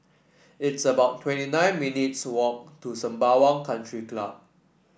it's about twenty nine minutes' walk to Sembawang Country Club